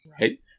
Right